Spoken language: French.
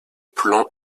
plan